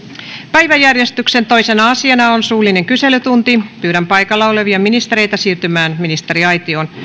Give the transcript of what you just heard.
päiväjärjestyksen toisena asiana on suullinen kyselytunti pyydän paikalla olevia ministereitä siirtymään ministeriaitioon